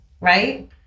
Right